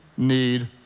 need